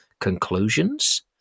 Conclusions